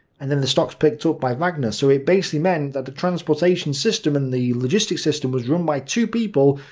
and then the stock's picked up by wagner. so it basically meant that the transportation system and the logistic system was run by two people.